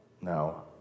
no